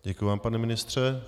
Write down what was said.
Děkuji vám, pane ministře.